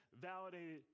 validated